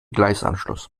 gleisanschluss